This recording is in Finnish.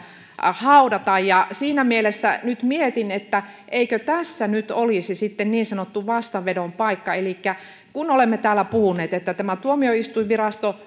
haudata siinä mielessä nyt mietin että eikö tässä nyt olisi sitten niin sanottu vastavedon paikka elikkä kun olemme täällä puhuneet että jos tämä tuomioistuinvirasto